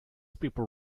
people